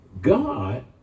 God